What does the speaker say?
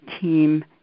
team